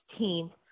16th